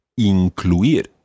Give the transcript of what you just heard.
incluir